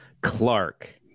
Clark